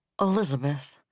Elizabeth